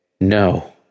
No